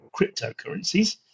cryptocurrencies